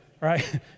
Right